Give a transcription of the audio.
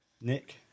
Nick